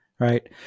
right